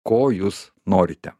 ko jūs norite